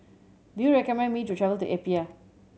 do you recommend me to travel to Apia